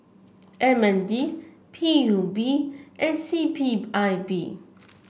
M N D P U B and C P I B